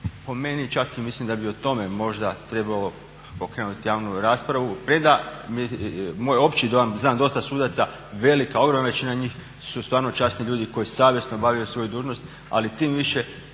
po meni čak mislim da bi i o tome možda trebalo pokrenuti javnu raspravu, premda moj opći dojam je, znam dosta sudaca velika ogromna većina njih su stvarno časni ljudi koji savjesno obavljaju svoju dužnost, ali tim više